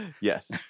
Yes